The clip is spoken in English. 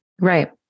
Right